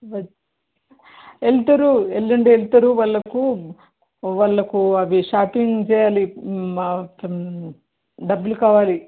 వ వెళ్తారు ఎల్లుండి వెళ్తారు వాళ్ళకు వాళ్ళకు అవి షాపింగ్ చేయాలి డబ్బులు కావాలి